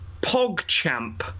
PogChamp